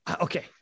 Okay